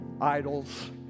idols